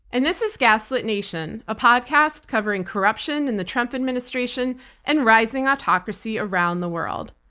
and this is gaslit nation, a podcast covering corruption in the trump administration and rising autocracy around the world.